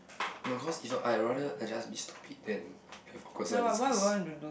no cause is I rather I just be stupid than have awkward silences